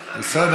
בסדר,